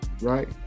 Right